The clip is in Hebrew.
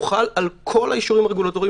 הוא חל על כל האישורים הרגולטוריים